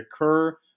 occur